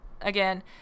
again